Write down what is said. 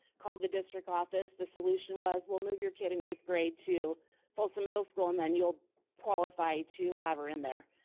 called the district office. the solution was we'll move your kid in eighth grade to folsom middle school and then you'll qualify to have her in there.